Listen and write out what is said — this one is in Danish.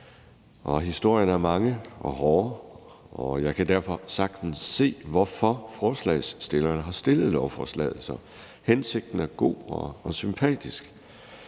Historierne er mange og hårde, og jeg kan derfor sagtens se, hvorfor forslagsstillerne har fremsat lovforslaget. Så hensigten er god og sympatisk.